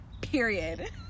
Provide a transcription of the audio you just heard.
Period